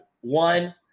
one